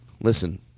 listen